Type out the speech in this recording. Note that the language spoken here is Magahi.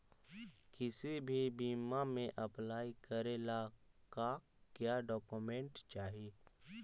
किसी भी बीमा में अप्लाई करे ला का क्या डॉक्यूमेंट चाही?